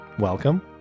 Welcome